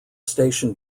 station